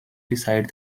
beside